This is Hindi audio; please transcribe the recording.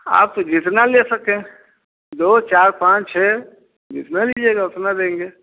आप जितना ले सकें दो चार पाँच छः जितना लीजिएगा उतना देंगे